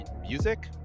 music